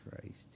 Christ